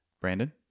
Brandon